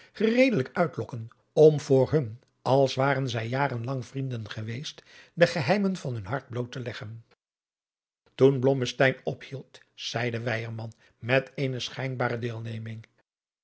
gereedelijk uitlokken om voor hun als waren zij jaren lang vrienden geweest de geheimen van hun hart bloot te leggen toen blommesteyn ophield zeide weyerman met eene schijnbare deelneming